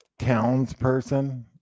townsperson